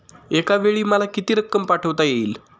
एकावेळी मला किती रक्कम पाठविता येईल?